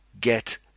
get